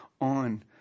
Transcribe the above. on